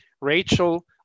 Rachel